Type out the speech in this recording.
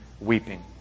weeping